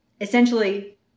essentially